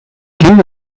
gave